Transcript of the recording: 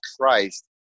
Christ